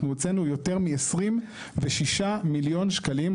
אנחנו הוצאנו יותר מ-26 מיליון שקלים,